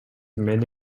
мени